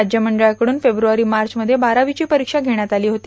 राज्य मंडळाकडून फेब्रवारी मार्च मध्ये बारावीची परीक्षा घेण्यात आली होती